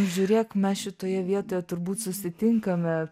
žiūrėk mes šitoje vietoje turbūt susitinkame